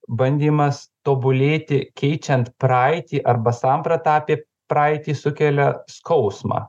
bandymas tobulėti keičiant praeitį arba sampratą apie praeitį sukelia skausmą